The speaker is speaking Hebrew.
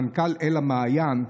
מנכ"ל אל המעיין,